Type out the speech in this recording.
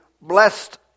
blessed